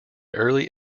early